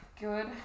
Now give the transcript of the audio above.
good